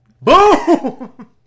Boom